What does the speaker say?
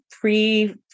pre